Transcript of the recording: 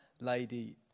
lady